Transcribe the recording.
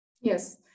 Yes